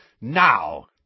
Now